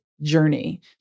journey